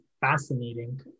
fascinating